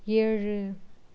ஏழு